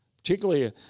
particularly